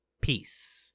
Peace